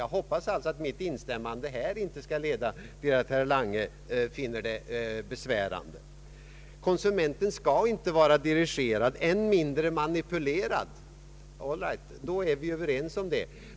Jag hoppas alltså att mitt instämmande här inte skall leda till att herr Lange finner det besvärande. Konsumenten skall inte vara dirigerad, än mindre manipulerad. Allright, då är vi överens om det.